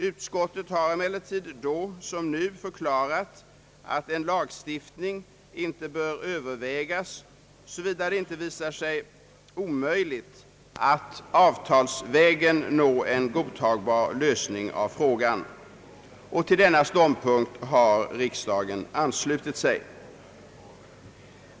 Utskottet har emellertid då som nu förklarat, att en lagstiftning inte bör övervägas såvida det inte visar sig omöjligt att avtalsvägen nå en godtagbar lösning av frågan. Till denna ståndpunkt har riksdagen anslutit sig.